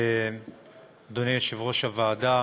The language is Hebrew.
אדוני יושב-ראש הוועדה,